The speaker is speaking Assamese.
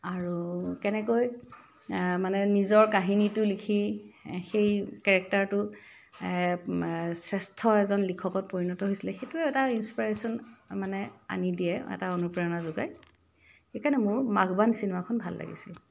আৰু কেনেকৈ মানে নিজৰ কাহিনীটো লিখি সেই কেৰেক্টাৰটো শ্ৰেষ্ঠ এজন লিখকত পৰিণত হৈছিলে সেইটো এটা ইনস্পাইৰেশ্যন মানে আনি দিয়ে এটা অনুপ্ৰেৰণা যোগায় সেইকাৰণে মোৰ বাগবান চিনেমাখন ভাল লাগিছিল